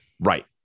Right